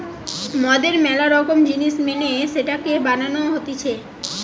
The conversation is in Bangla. মদের ম্যালা রকম জিনিস মেনে সেটাকে বানানো হতিছে